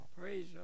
Praise